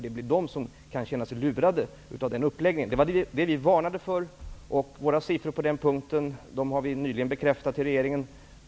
Det blir de som kan känna sig lurade av den uppläggningen. Vi varnade för detta. Vi har nyligen bekräftat våra siffror på den punkten till regeringen.